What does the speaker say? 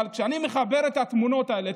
אבל כשאני מחבר את התמונות האלה,